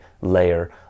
layer